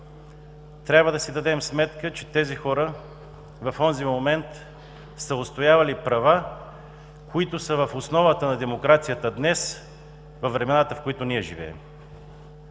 Трябва да си дадем сметка, че тези хора, в онзи момент, са отстоявали права, които са в основата на демокрацията днес, във времената, в които ние живеем.